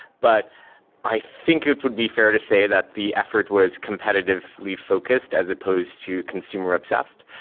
but i think it would be fair to say that the effort was competitively focused as opposed to consumer-obsessed.